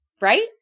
right